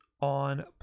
on